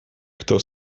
kto